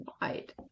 wide